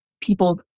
people